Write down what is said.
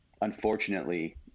Unfortunately